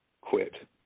quit